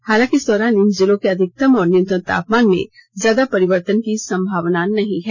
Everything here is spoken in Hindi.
हालांकि इस दौरान इन जिलों के अधिकतम और न्यूनतम तापमान में ज्यादा परिवर्तन की संभावना नहीं है